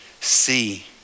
see